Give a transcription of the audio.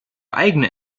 eigene